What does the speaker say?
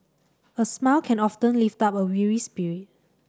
a smile can often lift up a weary spirit